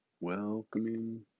Welcoming